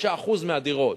5% מהדירות.